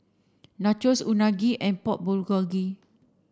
Nachos Unagi and Pork Bulgogi